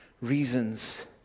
reasons